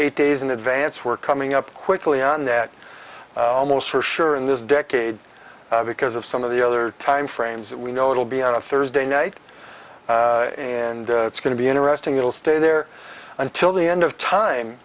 eight days in advance we're coming up quickly on that almost for sure in this decade because of some of the other time frames that we know it'll be on a thursday night and it's going to be interesting it'll stay there until the end of time